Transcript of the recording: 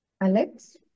Alex